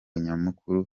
nyamukuru